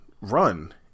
run